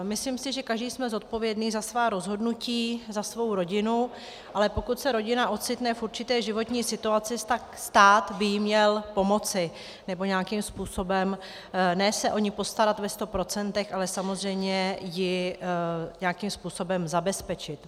Myslím si, že každý jsme zodpovědný za svá rozhodnutí, za svou rodinu, ale pokud se rodina ocitne v určité životní situaci, stát by jí měl pomoci nebo nějakým způsobem ne se o ni postarat ve sto procentech, ale samozřejmě ji nějakým způsobem zabezpečit.